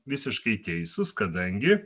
visiškai teisūs kadangi